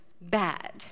bad